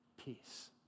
peace